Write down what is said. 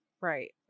Right